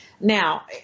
Now